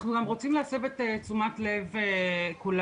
אנחנו רוצים להסב את תשומת לב כולם.